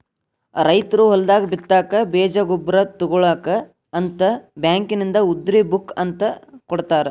ರೈತರು ಹೊಲದಾಗ ಬಿತ್ತಾಕ ಬೇಜ ಗೊಬ್ಬರ ತುಗೋಳಾಕ ಅಂತ ಬ್ಯಾಂಕಿನಿಂದ ಉದ್ರಿ ಬುಕ್ ಅಂತ ಕೊಡತಾರ